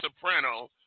Soprano